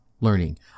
learning